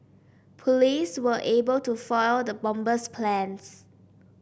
police were able to foil the bomber's plans